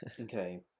Okay